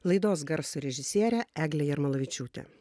laidos garso režisierė eglė jarmolavičiūtė